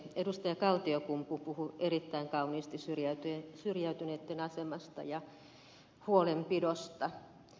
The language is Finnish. kaltiokumpu puhui erittäin kauniisti syrjäytyneitten asemasta ja huolenpidosta